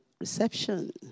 reception